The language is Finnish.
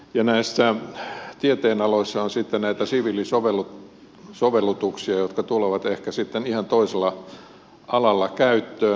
näissä tieteenaloissa on sitten näitä siviilisovellutuksia jotka tulevat ehkä sitten ihan toisella alalla käyttöön